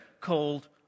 called